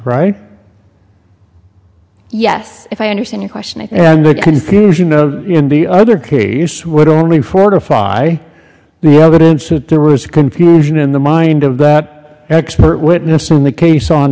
right yes if i understand your question i think the confusion of the other case would only fortify the evidence that there was confusion in the mind of that expert witness in the case on